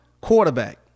quarterback